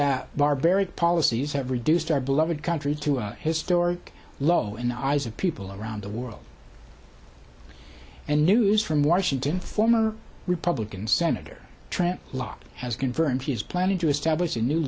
that barbaric policies have reduced our beloved country to a historic low in the eyes of people around the world and news from washington former republican senator trent lott has confirmed he is planning to establish a new